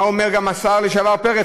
מה אומר גם השר לשעבר פרץ?